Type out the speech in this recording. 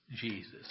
Jesus